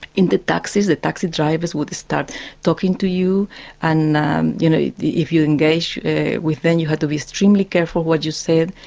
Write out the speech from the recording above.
in the taxis, the taxi drivers would start talking to you and you know if you engaged with them, you had to be extremely careful what you said,